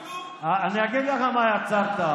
אני אגיד לך מה יצרת,